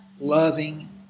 loving